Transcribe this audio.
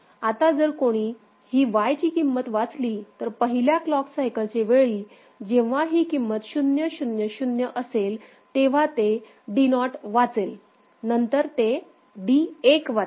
आता जर कोणी ही Y ची किंमत वाचली तर पहिल्या क्लॉक सायकलचे वेळी जेव्हा ही किंमत 0 0 0 असेल तेव्हा ते D नॉट वाचेल नंतर ते D1 वाचेल